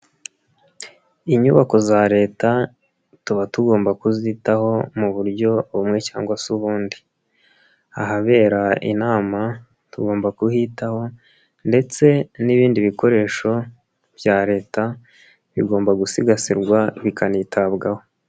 Inyubako za Leta tuba tugomba kuzitaho mu buryo bumwe cyangwa se ubundi. Ahabera inama tugomba kuhitaho ndetse n'ibindi bikoresho bya Leta bigomba gusigasirwa bikanitabwaho.